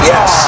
Yes